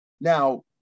Now